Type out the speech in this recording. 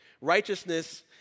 Righteousness